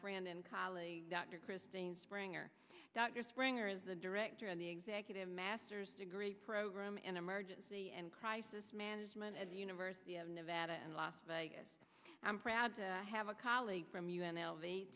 friend and colleague dr christine springer dr springer is the director of the executive masters degree program in emergency and crisis management at the university of nevada and las vegas i'm proud to have a colleague from